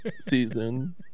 season